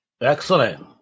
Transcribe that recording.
excellent